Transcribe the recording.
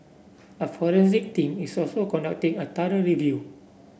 a forensic team is also conducting a thorough review